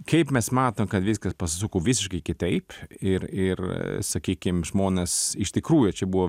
kaip mes matom kad viskas pasisuko visiškai kitaip ir ir sakykim žmonės iš tikrųjų čia buvo